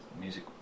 music